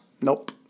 Nope